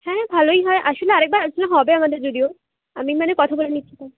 হ্যাঁ ভালোই হয় আসলে আরেকবার আলোচনা হবে আমাদের যদিও আমি মানে কথা বলে নিচ্ছি তাও